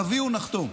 תביאו, נחתום.